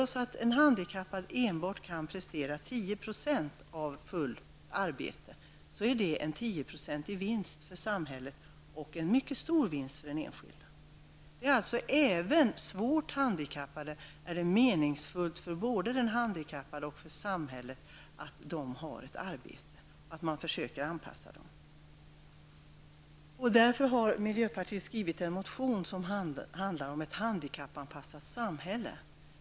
Även om en handikappad inte kan prestera mer än 10 % av fullt arbete, innebär det en 10-procentig vinst för samhället och en mycket stor vinst för den enskilde. Även när det gäller svårt handikappade är det meningsfullt både för de handikappade och för samhället att de har ett arbete och att man försöker anpassa dem. Miljöpartiet har därför skrivit en motion som handlar om ett handikappanpassat samhälle.